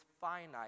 finite